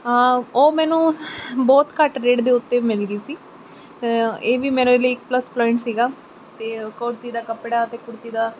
ਉਹ ਮੈਨੂੰ ਬਹੁਤ ਘੱਟ ਰੇਟ ਦੇ ਉੱਤੇ ਮਿਲ ਗਈ ਸੀ ਇਹ ਵੀ ਮੇਰੇ ਲਈ ਪਲੱਸ ਪੁਆਈਂਟ ਸੀਗਾ ਅਤੇ ਉਹ ਕੁੜਤੀ ਦਾ ਕੱਪੜਾ ਅਤੇ ਕੁੜਤੀ ਦਾ